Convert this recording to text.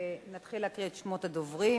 ונתחיל להקריא את שמות הדוברים.